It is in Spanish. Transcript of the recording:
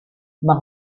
más